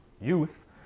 youth